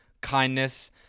kindness